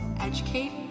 Educate